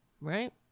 Right